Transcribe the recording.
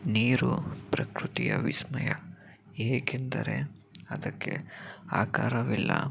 ನೀರು ಪ್ರಕೃತಿಯ ವಿಸ್ಮಯ ಏಕೆಂದರೆ ಅದಕ್ಕೆ ಆಕಾರವಿಲ್ಲ